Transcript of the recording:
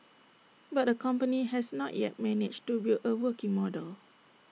but the company has not yet managed to build A working model